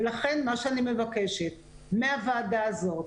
ולכן אני מבקשת מהוועדה הזאת,